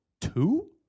Two